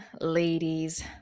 ladies